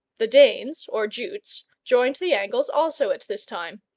the danes or jutes joined the angles also at this time,